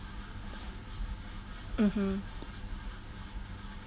mmhmm